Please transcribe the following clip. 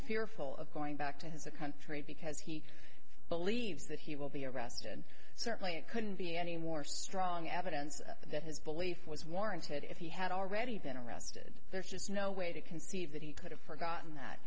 fearful of going back to his country because he believes that he will be arrested certainly it couldn't be any more strong evidence that his belief was warranted if he had already been arrested there's just no way to conceive that he could have forgotten that